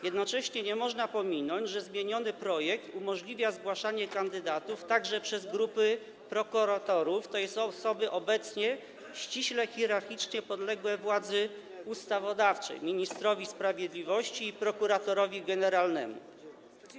Jednocześnie nie można pominąć, że zmieniony projekt umożliwia zgłaszanie kandydatów także przez grupy prokuratorów, tj. osoby obecnie ściśle hierarchicznie podległe władzy ustawodawczej: ministrowi sprawiedliwości i prokuratorowi generalnemu.